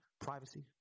privacy